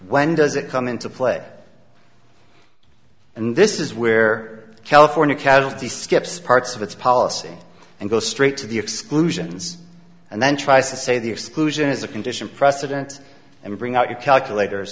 when does it come into play and this is where california cattle to skips parts of its policy and goes straight to the exclusions and then tries to say the exclusion as a condition precedent and bring out your calculators